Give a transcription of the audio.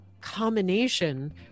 combination